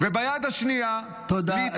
וביד השנייה -- תודה רבה.